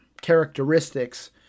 characteristics